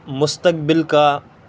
مستقبل کا